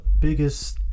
biggest